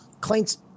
claims